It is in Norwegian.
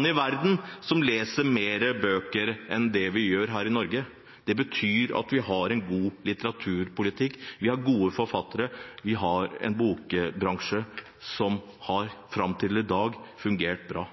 der man leser flere bøker enn det vi gjør her i Norge. Det betyr at vi har en god litteraturpolitikk. Vi har gode forfattere. Vi har en bokbransje som fram til i dag har fungert bra.